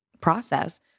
process